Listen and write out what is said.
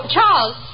Charles